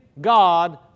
God